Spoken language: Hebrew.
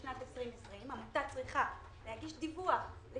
מתי אתה צריך את החתימה?